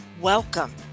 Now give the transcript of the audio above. Welcome